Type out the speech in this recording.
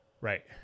Right